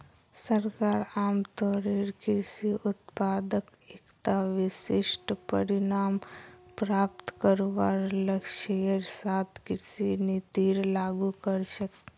सरकार आमतौरेर कृषि उत्पादत एकता विशिष्ट परिणाम प्राप्त करवार लक्ष्येर साथ कृषि नीतिर लागू कर छेक